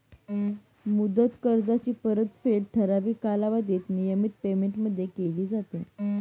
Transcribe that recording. मुदत कर्जाची परतफेड ठराविक कालावधीत नियमित पेमेंटमध्ये केली जाते